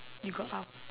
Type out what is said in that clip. you got ov~